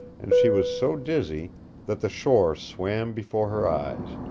and she was so dizzy that the shore swam before her eyes,